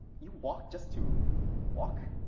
you walked just to walk.